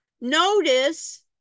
notice